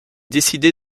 décidé